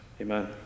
Amen